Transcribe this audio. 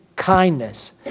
kindness